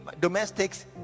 domestics